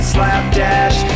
Slapdash